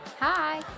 Hi